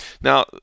now